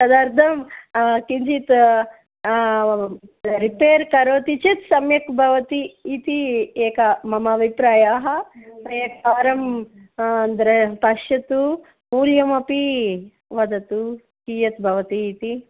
तदर्थं किञ्चित् रिपेर् करोति चेत् सम्यक् भवति इति एकः मम अभिप्रायः एकवारं पश्यतु मूल्यमपि वदतु कीयत् भवति इति